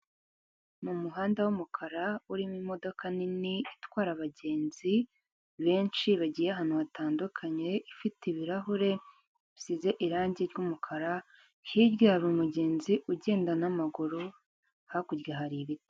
Mu muhanda w'umukara urimo imodoka nini itwara abagenzi benshi bagiye ahantu hatandukanye ifite ibirahure bisize irangi ry'umukara hirya hari umugenzi ugenda n'amaguru hakurya hari ibiti.